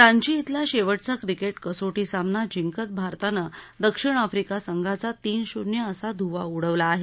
रांची इथला शेवटचा क्रिकेट कसोटी सामना जिंकत भारतान दक्षिण अफ्रिका संघाचा तीन शून्य असा ध्व्वा उडवला आहे